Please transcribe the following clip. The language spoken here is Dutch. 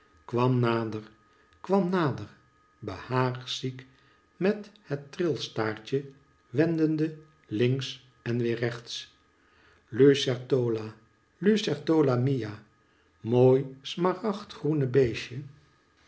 kwam nader kwam nader behaagziek met het trilstaartje wendende links en weer rechts lucertola lucertola mia mooi smaragdgroene beestje